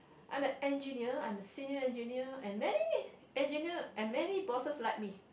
I'm an engineer I'm a senior engineer and many engineer and many bosses like me